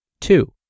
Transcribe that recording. Two